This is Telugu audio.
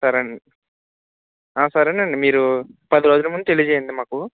సరే అండి ఆ సరే అండి మీరు పది రోజుల ముందు తెలియచేయండి మాకు